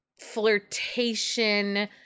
flirtation